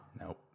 Nope